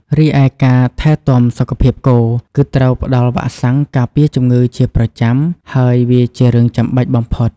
រីឯការថែទាំសុខភាពគោ គឺត្រូវផ្តល់វ៉ាក់សាំងការពារជំងឺជាប្រចាំ ហើយវាជារឿងចាំបាច់បំផុត។